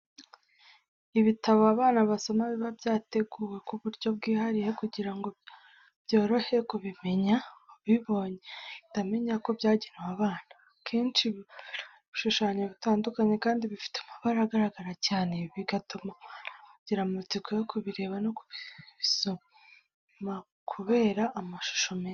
Ibitabo abana basoma biba byarateguwe ku buryo bwihariye kugira ngo byorohe kubimenya, ubibonye ahita amenyako byagenewe abana. Akenshi biba biriho ibishushanyo bitandukanye kandi bifite amabara agaragara cyane, bigatuma abana bagira amatsiko yo kubireba no kubisomakubera amashusho meza.